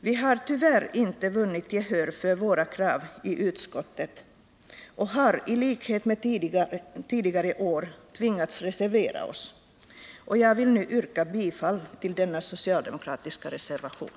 Vi har tyvärr inte vunnit gehör för våra krav i utskottet och har i likhet med tidigare år tvingats reservera oss, och jag vill nu yrka bifall till denna socialdemokratiska reservation.